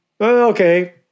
Okay